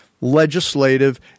legislative